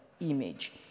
image